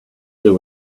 there